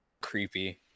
creepy